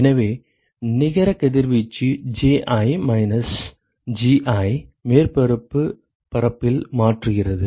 எனவே நிகர கதிர்வீச்சு Ji மைனஸ் Gi மேற்பரப்புப் பரப்பில் மாற்றுகிறது